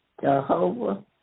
Jehovah